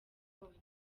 nkongi